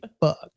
fuck